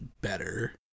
better